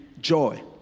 joy